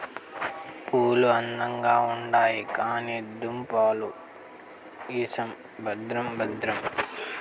పూలు అందంగా ఉండాయి కానీ దుంపలు ఇసం భద్రం భద్రం